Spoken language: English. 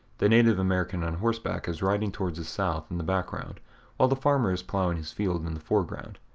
the native american on horseback is riding towards the south in the background while the farmer is plowing his field in and the foreground.